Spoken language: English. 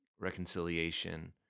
reconciliation